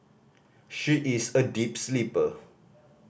she is a deep sleeper